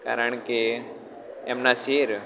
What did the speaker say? કારણ કે એમના શેર